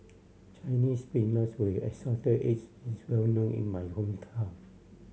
Chinese Spinach with Assorted Eggs is well known in my hometown